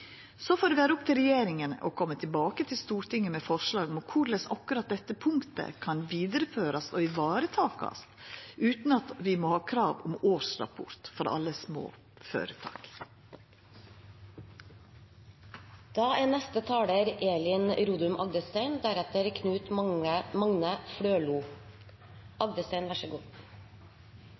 Så får det vera opp til regjeringa å koma tilbake til Stortinget med forslag om korleis akkurat dette punktet kan vidareførast og ivaretakast utan at vi må ha krav om årsrapport for alle små